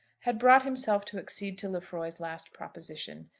had brought himself to accede to lefroy's last proposition.